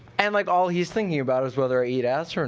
and like all he's thinking about is whether i eat ass or